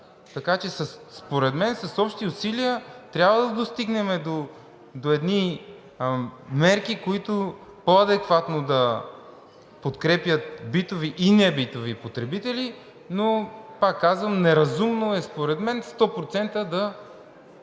Така че според мен с общи усилия трябва да достигнем до едни мерки, които по-адекватно да подкрепят битови и небитови потребители. Но пак казвам, неразумно е според мен 100% да